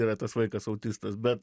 yra tas vaikas autistas bet